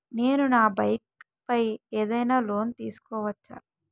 నేను నా బైక్ పై ఏదైనా లోన్ తీసుకోవచ్చా?